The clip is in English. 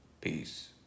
Peace